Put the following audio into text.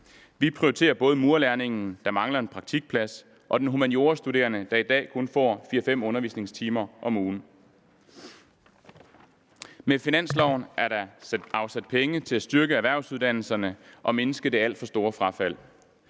Vi prioriterer både murerlærlingen, der mangler en praktikplads, og den humaniorastuderende, der i dag kun får 4-5 undervisningstimer om ugen. Med finansloven er der afsat penge til at styrke erhvervsuddannelserne og mindske det alt for store frafald.